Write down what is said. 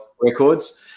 records